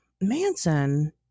manson